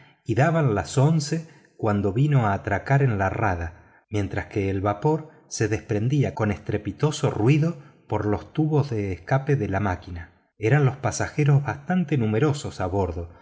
y daban las once cuando vino a atracar en la rada mientras que el vapor se desprendía con estrepitoso ruido por los tubos de escape de la máquina eran los pasajeros bastante numerosos a bordo